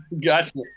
Gotcha